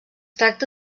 tracta